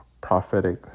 prophetic